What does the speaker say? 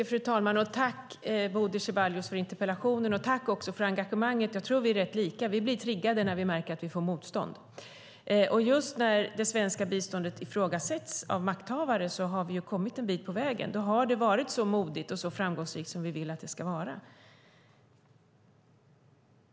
Fru talman! Jag tackar Bodil Ceballos för interpellationen, och jag tackar också för engagemanget. Jag tror att vi är lika. Vi blir triggade när vi märker att vi får motstånd. Just när det svenska biståndet ifrågasätts av makthavare har vi kommit en bit på väg. Då har det varit så modigt och så framgångsrikt som vi vill att det ska vara.